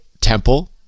temple